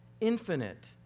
infinite